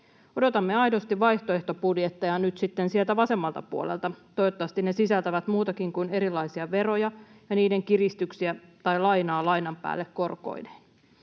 Odotamme aidosti vaihtoehtobudjetteja nyt sitten sieltä vasemmalta puolelta. Toivottavasti ne sisältävät muutakin kuin erilaisia veroja ja niiden kiristyksiä tai lainaa lainan päälle korkoineen.